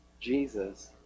Jesus